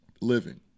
Living